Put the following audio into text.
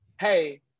hey